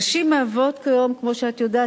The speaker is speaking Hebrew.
נשים מהוות כיום, כמו שאת יודעת,